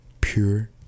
pure